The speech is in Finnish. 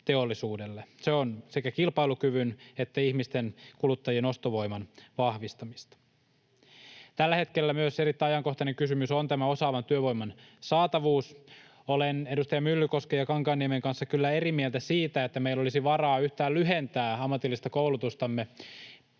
Se on sekä kilpailukyvyn että ihmisten, kuluttajien ostovoiman vahvistamista. Tällä hetkellä erittäin ajankohtainen kysymys on myös osaavan työvoiman saatavuus. Olen edustaja Myllykosken ja Kankaanniemen kanssa kyllä eri mieltä siitä, että meillä olisi varaa yhtään lyhentää ammatillista koulutustamme.